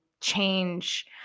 change